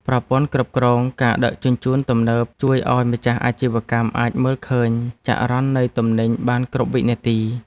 ប្រព័ន្ធគ្រប់គ្រងការដឹកជញ្ជូនទំនើបជួយឱ្យម្ចាស់អាជីវកម្មអាចមើលឃើញចរន្តនៃទំនិញបានគ្រប់វិនាទី។